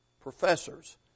professors